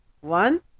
one